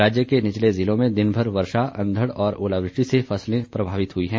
राज्य के निचले ज़िलों में दिनभर वर्षा अंधड और ओलावृष्टि से फसलें प्रभावित हुई है